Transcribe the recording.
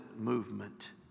movement